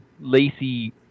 Lacy